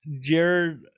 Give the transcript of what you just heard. Jared